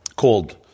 called